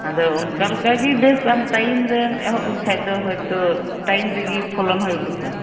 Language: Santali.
ᱟᱫᱚ ᱱᱚᱠᱟ ᱞᱮᱠᱟ ᱜᱮ ᱵᱮᱥ ᱟᱢ ᱴᱟᱭᱤᱢ ᱨᱮᱢ ᱮᱦᱚᱵ ᱞᱮᱠᱷᱟᱡ ᱴᱟᱭᱤᱢ ᱨᱮᱜᱮ ᱯᱷᱚᱞᱚᱱ ᱦᱚᱸᱭ ᱩᱫᱩᱜᱟ